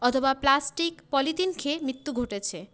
অথবা plastic polythene খেয়ে মৃত্যু ঘটেছে